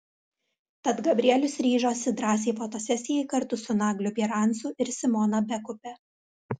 tad gabrielius ryžosi drąsiai fotosesijai kartu su nagliu bierancu ir simona bekupe